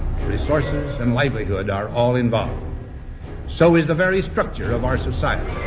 resources, and livelihood are all involved so is the very structure of our society.